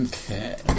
Okay